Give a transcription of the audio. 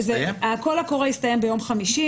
הקול הקורא הסתיים ביום חמישי,